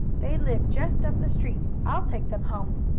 they live just up the street. i'll take them home.